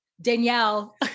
Danielle